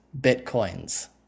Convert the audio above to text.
Bitcoins